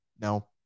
No